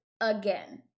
again